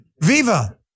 Viva